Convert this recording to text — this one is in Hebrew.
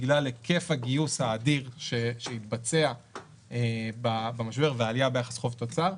בגלל היקף הגיוס האדיר שהתבצע במשבר ועלייה ביחס חוב-תוצר,